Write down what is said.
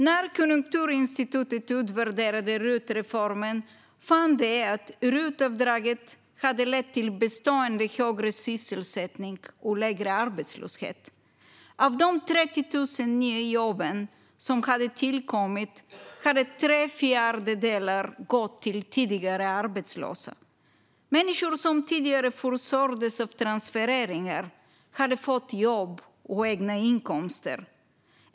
När Konjunkturinstitutet utvärderade RUT-reformen fann man att RUT-avdraget hade lett till bestående högre sysselsättning och lägre arbetslöshet. Av de 30 000 nya jobb som hade tillkommit hade tre fjärdedelar gått till tidigare arbetslösa. Människor som tidigare försörjdes av transfereringar hade fått jobb och egna inkomster.